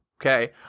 Okay